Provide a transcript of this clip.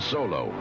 Solo